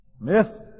Myth